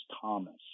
Thomas